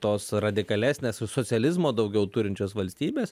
ar tos radikalesnės socializmo daugiau turinčios valstybės